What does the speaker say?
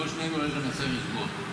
בוא שנינו יחד נעשה חשבון.